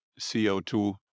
CO2